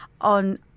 on